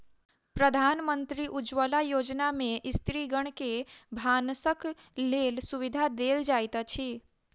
प्रधानमंत्री उज्ज्वला योजना में स्त्रीगण के भानसक लेल सुविधा देल जाइत अछि